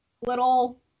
little